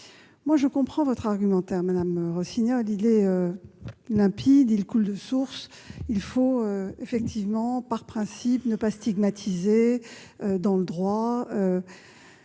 Je comprends votre argumentaire, madame Rossignol, il est limpide et coule de source. Il faut par principe ne pas stigmatiser le droit